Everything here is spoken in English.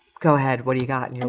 go ahead. what do you got? and and